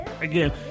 again